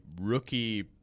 rookie